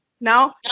now